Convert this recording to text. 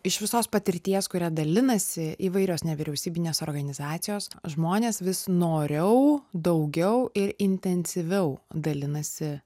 iš visos patirties kuria dalinasi įvairios nevyriausybinės organizacijos žmonės vis noriau daugiau ir intensyviau dalinasi